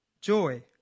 joy